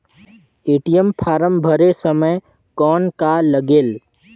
ATM form भरे समय कौन का लगेल?